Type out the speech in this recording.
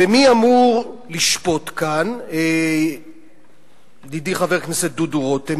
ומי אמור לשפוט כאן, ידידי חבר הכנסת דודו רותם?